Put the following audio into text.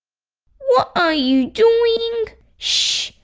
what are you doing? shhh!